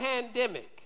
pandemic